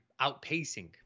outpacing